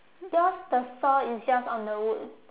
yours the saw is just on the wood